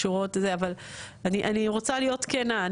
אני רוצה להיות כנה.